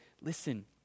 listen